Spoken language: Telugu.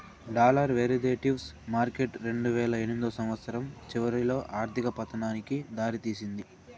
డాలర్ వెరీదేటివ్స్ మార్కెట్ రెండువేల ఎనిమిదో సంవచ్చరం చివరిలో ఆర్థిక పతనానికి దారి తీసింది